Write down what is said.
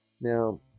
now